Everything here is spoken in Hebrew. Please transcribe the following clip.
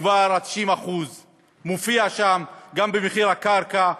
וה-90% זה כבר מופיע שם גם במחיר הקרקע,